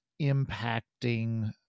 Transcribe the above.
impacting